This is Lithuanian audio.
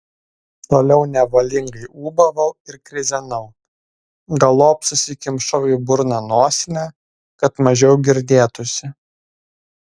toliau nevalingai ūbavau ir krizenau galop susikimšau į burną nosinę kad mažiau girdėtųsi